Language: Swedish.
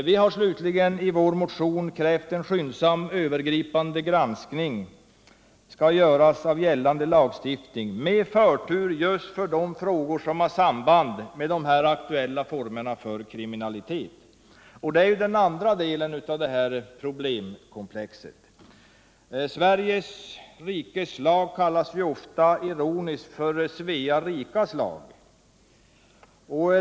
Vi har i vår motion krävt att en skyndsam övergripande granskning av gällande lagstiftning skall göras med förtur just för de frågor som har samband med de här aktuella formerna för kriminalitet. Det är den andra delen av detta problemkomplex. Sveriges rikes lag kallas ofta ironiskt för ”Svea rikas lag”.